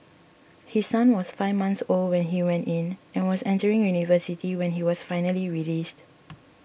his son was five months old when he went in and was entering university when he was finally released